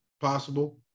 possible